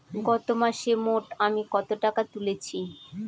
গত মাসে মোট আমি কত টাকা তুলেছি?